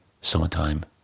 summertime